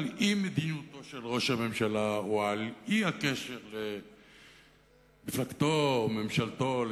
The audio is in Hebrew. אי-מדיניותו של ראש הממשלה או על אי-הקשר למפלגתו או ממשלתו,